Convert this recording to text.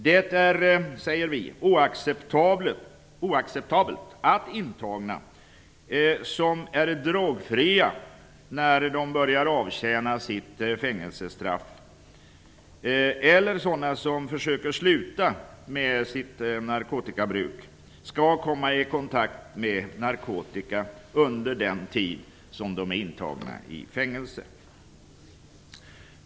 Det är, säger vi, oacceptabelt att intagna som är drogfria när de börjar avtjäna fängelsestraffet eller försöker sluta med sitt narkotikamissbruk kommer i kontakt med narkotika under den tid som de är intagna i fängelse.